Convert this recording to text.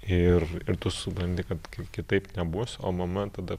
ir ir tu supranti kad kitaip nebus o mama tada